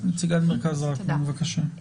נציגת מרכז רקמן, בבקשה.